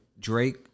Drake